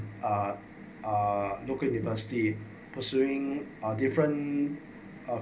ah ah local university pursuing are different uh